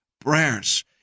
prayers